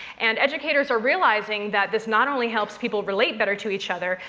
and educators are realizing that this not only helps people relate better to each other,